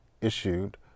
issued